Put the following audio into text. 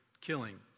killing